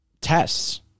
tests